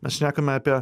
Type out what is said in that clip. mes šnekame apie